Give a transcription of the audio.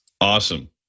Awesome